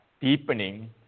deepening